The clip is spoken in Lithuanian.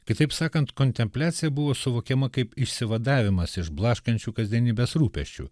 kitaip sakant kontempliacija buvo suvokiama kaip išsivadavimas iš blaškančių kasdienybės rūpesčių